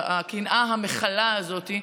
הקנאה המכלה הזאת,